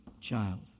child